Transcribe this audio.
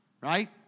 Right